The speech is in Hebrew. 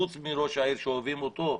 חוץ מראש העיר שאוהבים אותו.